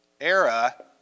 era